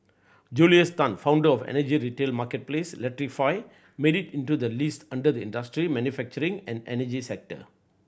Julius Tan founder of energy retail marketplace Electrify made it into the list under the industry manufacturing and energy category